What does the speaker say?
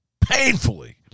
painfully